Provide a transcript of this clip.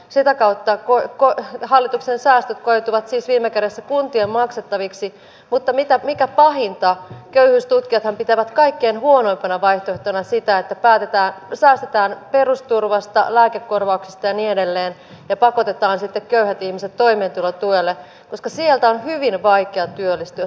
sitä kautta hallituksen säästöt koituvat siis viime kädessä kuntien maksettaviksi mutta mikä pahinta köyhyystutkijathan pitävät kaikkein huonoimpana vaihtoehtona sitä että säästetään perusturvasta lääkekorvauksista ja niin edelleen ja pakotetaan sitten köyhät ihmiset toimeentulotuelle koska sieltä on hyvin vaikea työllistyä